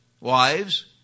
Wives